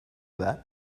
that